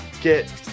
get